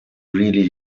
really